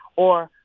or,